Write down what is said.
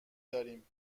داریم